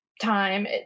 time